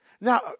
Now